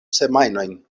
semajnojn